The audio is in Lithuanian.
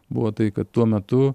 buvo tai kad tuo metu